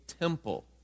temple